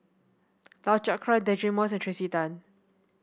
Lau Chiap Khai Deirdre Moss and Tracey Tan